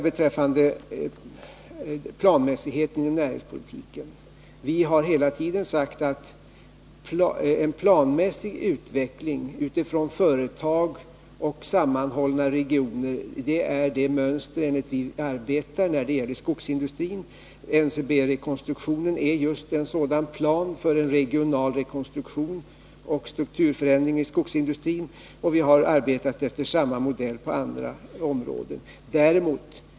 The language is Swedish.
Beträffande planmässighet i näringspolitiken har vi hela tiden sagt att en planmässig utveckling utifrån företag och sammanhållna regioner är det mönster enligt vilket vi arbetar när det gäller skogsindustrin. NCB rekonstruktionen är just en sådan plan för regional rekonstruktion och strukturförändring i skogsindustrin. Vi har arbetat efter samma modell på andra områden.